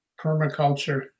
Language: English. permaculture